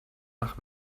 nach